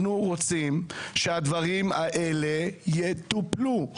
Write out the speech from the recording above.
אנחנו רוצים שהדברים האלה יטופלו.